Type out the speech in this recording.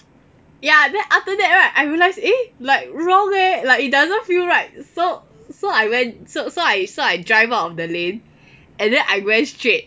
ya then after that right I realise eh like wrong leh like it doesn't feel right so so I went so so I drive out of the lane and then I went straight